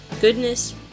goodness